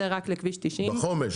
זה רק לכביש 90. בחומש.